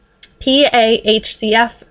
PAHCF